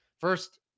First